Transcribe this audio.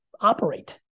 operate